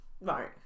Right